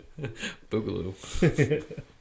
boogaloo